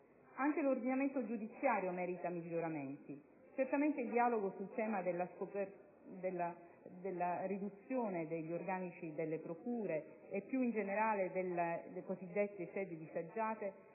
Anche l'ordinamento giudiziario merita miglioramenti: certamente il dialogo sul tema della riduzione degli organici delle procure, e più in generale delle cosiddette sedi disagiate,